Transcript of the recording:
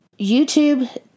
YouTube